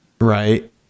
right